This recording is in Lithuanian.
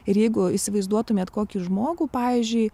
ir jeigu įsivaizduotumėt kokį žmogų pavyzdžiui